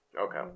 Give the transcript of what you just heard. Okay